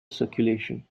circulation